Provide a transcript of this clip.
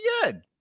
good